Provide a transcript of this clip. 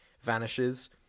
vanishes